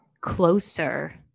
closer